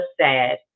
sad